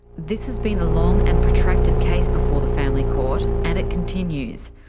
this has been a long and protracted case before the family court, and it continues.